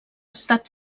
estat